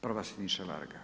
Prvo Siniša Varga.